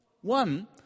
One